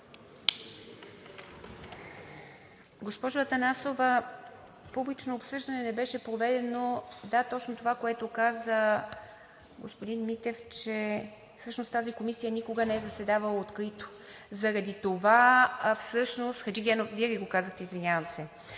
Госпожо Атанасова, публично обсъждане не беше проведено. Да, точно това, което каза господин Митев, че всъщност тази комисия никога не е заседавала открито. (Реплики.) Хаджигенов, Вие ли го казахте? Извинявам се.